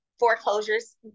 foreclosures